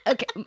Okay